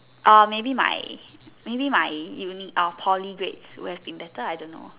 orh maybe my maybe my uni orh Poly grades would have been better I don't know